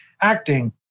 acting